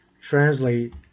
translate